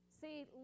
See